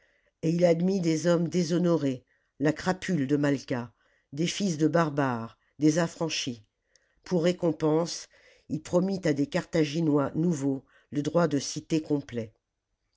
et il admit des hommes déshonorés la crapule de malqua des fils de barbares des affranchis pour récompense il promit à des carthaginois nouveaux le droit de cité complet